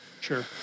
Sure